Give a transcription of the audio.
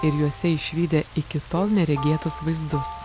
ir juose išvydę iki tol neregėtus vaizdus